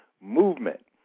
movement